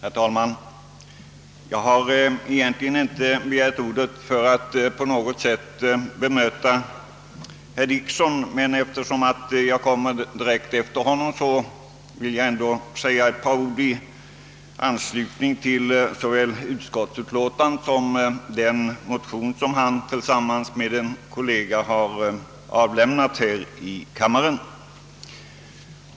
Herr talman! Jag har inte begärt ordet för att bemöta herr Dickson, men eftersom jag kommer så direkt efter honom vill jag ändå säga några ord i anslutning till utskottets utlåtande och den motion som herr Dickson tillsammans med en kolleza har väckt i denna kammare.